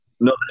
No